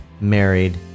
married